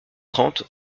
trente